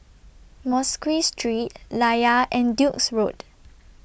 Mosque Street Layar and Duke's Road